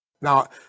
Now